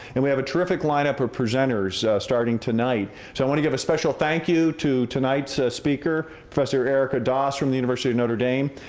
and we have a terrific lineup of presenters starting tonight. so i wanna give a special thank you to tonight's speaker, professor erika doss from the university of notre dame.